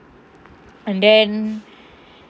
and then